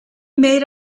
made